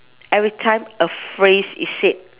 every time a phrase is said